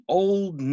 old